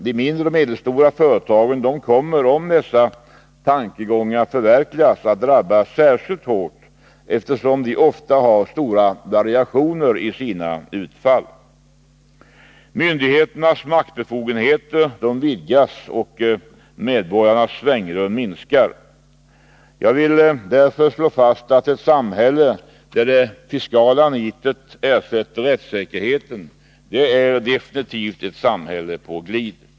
De mindre och medelstora företagen kommer, om dessa tankegångar förverkligas, att drabbas särskilt hårt, eftersom de ofta har stora variationer i sina utfall. Myndigheternas maktbefogenheter vidgas, och medborgarnas svängrum minskar. Jag vill därför slå fast att ett samhälle där det fiskala nitet ersätter rättssäkerheten definitivt är ett samhälle på glid.